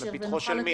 לפתחו של מי